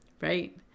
right